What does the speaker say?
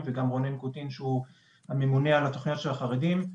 וגם רונן קוטין שהוא הממונה על התוכניות של החרדים.